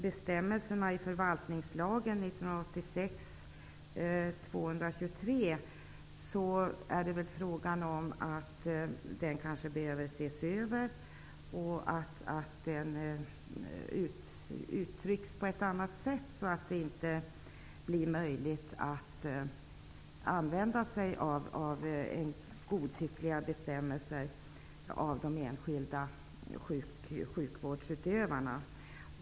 Bestämmelserna i förvaltningslagen, 1986:223, behöver kanske ses över. De borde uttryckas på ett annat sätt, så att det inte blir möjligt för de enskilda sjukvårdsutövarna att använda sig av godtyckliga bestämmelser.